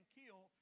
kill